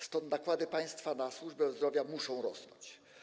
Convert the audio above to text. Stąd nakłady państwa na służbę zdrowia muszą rosnąć.